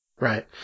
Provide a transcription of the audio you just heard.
Right